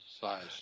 size